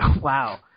Wow